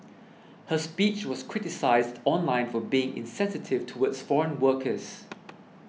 her speech was criticised online for being insensitive towards foreign workers